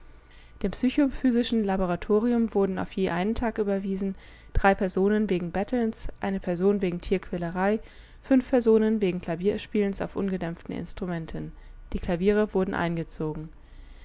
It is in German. dem psychophysischen laboratorium wurden auf je einen tag überwiesen drei personen wegen bettelns eine person wegen tierquälerei fünf personen wegen klavierspielens auf ungedämpften instrumenten die klaviere wurden eingezogen